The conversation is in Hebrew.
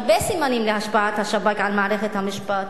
הרבה סימנים להשפעת השב"כ על מערכת המשפט.